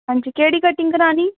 हां जी केह्ड़ी कटिंग करानी